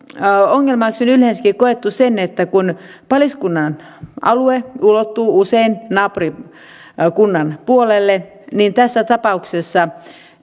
ongelmaksi on yleensäkin koettu se että kun paliskunnan alue ulottuu usein naapurikunnan puolelle niin tässä tapauksessa